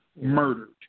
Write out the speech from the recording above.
murdered